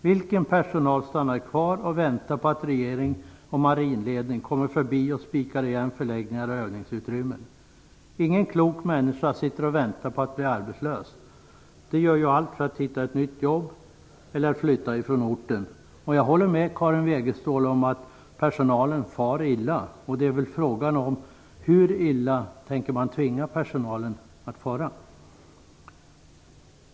Vilken personal stannar kvar och väntar på att regeringen och marinledningen kommer förbi och spikar igen förläggningar och övningsutrymmen? Ingen klok människa sitter och väntar på att bli arbetslös. Man gör ju allt för att hitta ett nytt jobb eller för att flytta från orten. Jag håller med Karin Wegestål om att personalen far illa, och frågan är hur illa man tänker tvinga dem att fara.